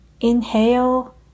Inhale